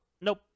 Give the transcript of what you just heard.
Nope